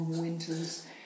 winters